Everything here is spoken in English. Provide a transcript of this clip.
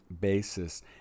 basis